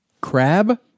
Crab